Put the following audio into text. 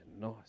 nice